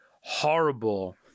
horrible